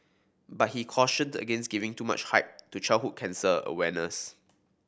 but he cautioned against giving too much hype to childhood cancer awareness